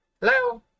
hello